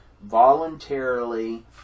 voluntarily